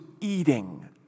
eating